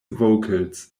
vocals